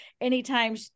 anytime